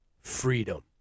freedom